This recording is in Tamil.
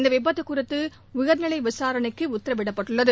இந்த விபத்து குறித்து உயர்நிலை விசாரணைக்கு உத்தரவிடப்பட்டுள்ளது